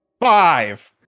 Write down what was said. Five